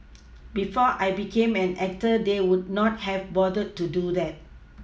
before I became an actor they would not have bothered to do that